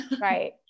Right